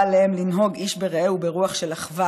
עליהם לנהוג איש ברעהו ברוח של אחווה"